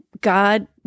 God